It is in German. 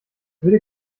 würde